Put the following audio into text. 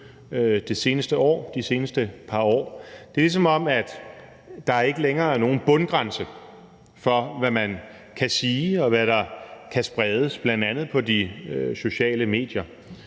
de seneste par år. Det er, som om der ikke længere er nogen bundgrænse for, hvad man kan sige, og hvad der kan spredes, bl.a. på de sociale medier.